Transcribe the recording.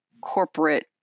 corporate